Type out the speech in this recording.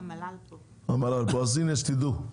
המל"ל פה, אז הנה שתדעו,